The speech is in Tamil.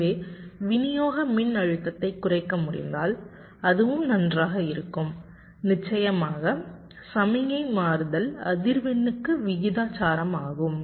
எனவே விநியோக மின்னழுத்தத்தைக் குறைக்க முடிந்தால் அதுவும் நன்றாக இருக்கும் நிச்சயமாக சமிக்ஞை மாறுதல் அதிர்வெண்ணுக்கு விகிதாசாரமாகும்